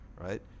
Right